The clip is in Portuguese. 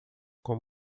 como